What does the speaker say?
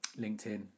LinkedIn